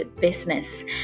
business